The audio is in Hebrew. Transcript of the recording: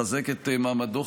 לחזק את מעמדתו,